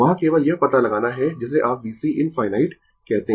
वहाँ केवल यह पता लगाना है जिसे आप VC ∞ कहते है